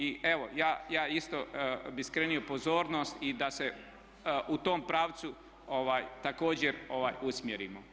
I evo ja isto bih skrenuo pozornost i da se u tom pravcu također usmjerimo.